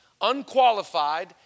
unqualified